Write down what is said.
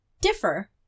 differ